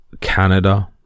Canada